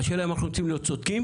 השאלה אם אנחנו רוצים להיות צודקים